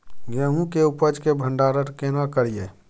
गेहूं के उपज के भंडारन केना करियै?